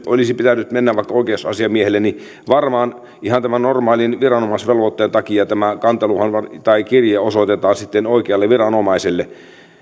sen olisi pitänyt mennä vaikka oikeusasiamiehelle niin varmaan ihan normaalin viranomaisvelvoitteen takia tämä kantelu tai kirje osoitetaan sitten oikealle viranomaiselle